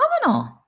phenomenal